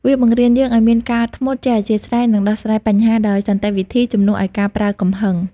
វាបង្រៀនយើងឱ្យមានការអត់ធ្មត់ ចេះអធ្យាស្រ័យ និងដោះស្រាយបញ្ហាដោយសន្តិវិធី ជំនួសឱ្យការប្រើកំហឹង។